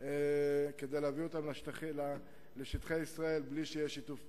כדי להביא אותם לשטחי ישראל בלי שיתוף פעולה.